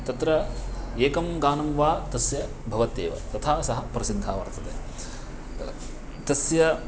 तत्र एकं गानं वा तस्य भवत्येव तथा सः प्रसिद्धः वर्तते तस्य